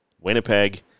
Winnipeg